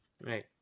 Right